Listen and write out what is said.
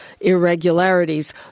irregularities